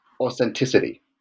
authenticity